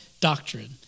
doctrine